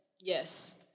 Yes